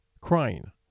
crying